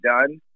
done